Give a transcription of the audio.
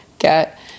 Get